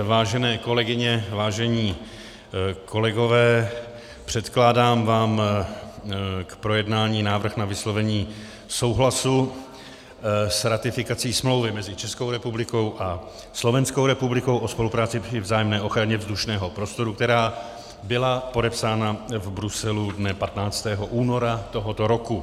Vážené kolegyně, vážení kolegové, předkládám vám k projednání návrh na vyslovení souhlasu s ratifikací Smlouvy mezi Českou republikou a Slovenskou republikou o spolupráci při vzájemné ochraně vzdušného prostoru, která byla podepsána v Bruselu dne 15. února tohoto roku.